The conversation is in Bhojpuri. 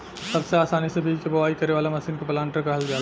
सबसे आसानी से बीज के बोआई करे वाला मशीन के प्लांटर कहल जाला